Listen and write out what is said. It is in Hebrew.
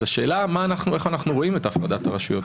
השאלה היא איך אנחנו רואים את הפרדת הרשויות,